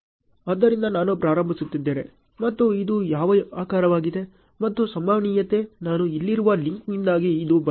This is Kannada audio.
ಆದ್ದರಿಂದ ನಾನು ಪ್ರಾರಂಭಿಸುತ್ತಿದ್ದೇನೆ ಮತ್ತು ಇದು ಯಾವ ಆಕಾರವಾಗಿದೆ ಮತ್ತು ಸಂಭವನೀಯತೆ ನಾನು ಇಲ್ಲಿರುವ ಲಿಂಕ್ನಿಂದಾಗಿ ಇದು ಬಂದಿದೆ